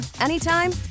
anytime